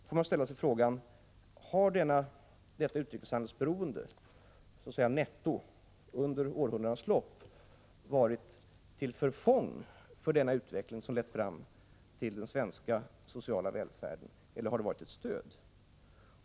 Man kan då ställa sig frågan: Har detta utrikeshandelsberoende, så att säga netto under århundradenas lopp, varit till förfång för den utveckling som lett fram till den svenska sociala välfärden? Eller har det varit ett stöd?